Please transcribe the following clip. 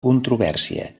controvèrsia